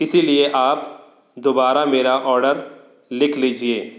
इसी लिए आप दोबारा मेरा आर्डर लिख लीजिए